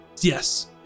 Yes